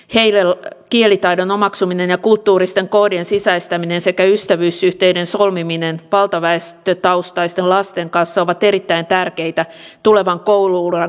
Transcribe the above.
heille kielitaidon omaksuminen ja kulttuuristen koodien sisäistäminen sekä ystävyyssuhteiden solmiminen valtaväestötaustaisten lasten kanssa on erittäin tärkeää tulevan koulu uran kannalta